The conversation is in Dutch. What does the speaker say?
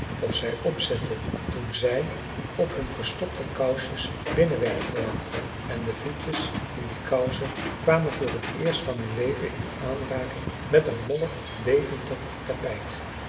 of zij opzetten toen zij op hun gestopte kousjes binnen werden gelaten en de voetjes in die kousen kwamen voor het eerst van hun leven in aanraking met een mollig deventer tapijt